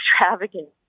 extravagant